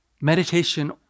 Meditation